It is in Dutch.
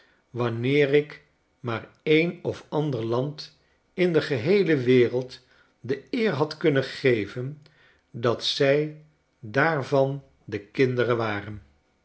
wanneer ik maar een of ander land in de geheele wereld de eer had kunnen geven dat zij daarvan de kinderen waren